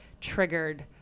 triggered